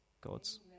God's